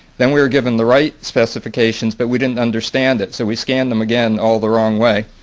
then we were given the right specifications but we didn't understand it so we scanned them again all the wrong way.